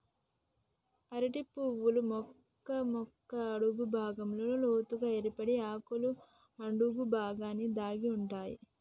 అరటి పువ్వులు మొక్క యొక్క అడుగు భాగంలో లోతుగ ఏర్పడి ఆకుల అడుగు బాగాన దాగి ఉంటాయి